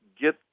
get